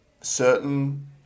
certain